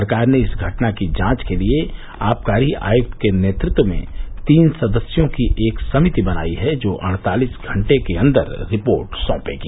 सरकार ने इस घटना की जांच के लिए आबकारी आयुक्त के नेतृत्व में तीन सदस्यों की एक समिति बनाई है जो अड़तालीस घंटे के अंदर रिपोर्ट सौंपेगी